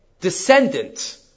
descendant